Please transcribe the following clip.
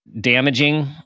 damaging